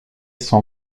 son